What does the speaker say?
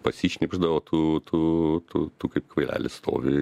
pasišnibžda o tu tu tu tu kaip kvailelis stovi